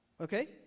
Okay